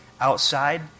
outside